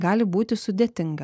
gali būti sudėtinga